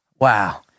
Wow